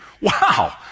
Wow